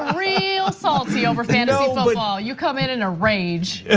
real salty over fantasy football. you come in in a rage.